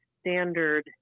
standard